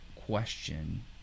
question